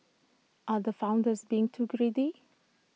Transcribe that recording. are the founders being too greedy